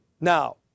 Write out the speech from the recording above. Now